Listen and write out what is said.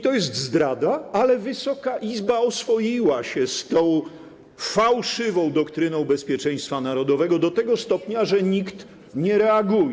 To jest zdrada, ale Wysoka Izba oswoiła się z fałszywą doktryną bezpieczeństwa narodowego do tego stopnia, że nikt nie reaguje.